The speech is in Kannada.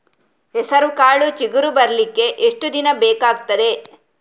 ಹೆಸರುಕಾಳು ಚಿಗುರು ಬರ್ಲಿಕ್ಕೆ ಎಷ್ಟು ದಿನ ಬೇಕಗ್ತಾದೆ?